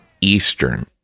Eastern